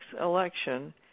election